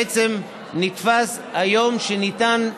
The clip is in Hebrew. בעצם, נתפס היום שניתן,